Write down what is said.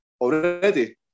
already